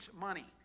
money